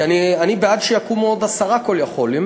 כי אני בעד שיקומו עוד עשרה "call יכול",